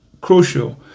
crucial